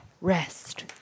Rest